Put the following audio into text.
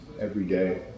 everyday